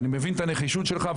אני מבין את הנחישות שלך.